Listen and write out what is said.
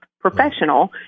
professional